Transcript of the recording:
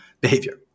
behavior